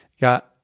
Got